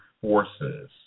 forces